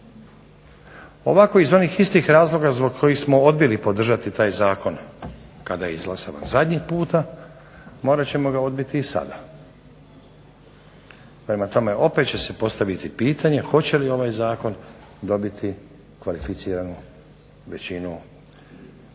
Ovako iz onih istih razloga zbog kojih smo odbili podržati taj zakon kada je izglasavan zadnji puta morat ćemo ga odbiti i sada. Prema tome, opet će se postaviti pitanje hoće li ovaj zakon dobiti kvalificiranu većinu u